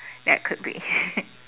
that could be